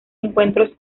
encuentros